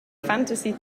fantasy